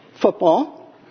football